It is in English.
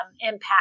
impact